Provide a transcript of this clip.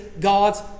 God's